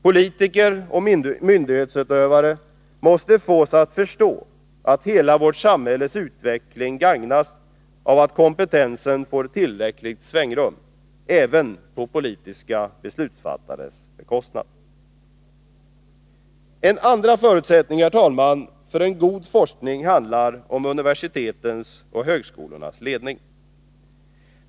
Politiker och myndighetsutövare måste fås att förstå att hela vårt samhälles utveckling gagnas av att kompetensen får tillräckligt svängrum — även på politiska beslutsfattares bekostnad. En andra förutsättning för en god forskning handlar om universitetens och högskolornas ledning.